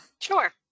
Sure